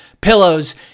pillows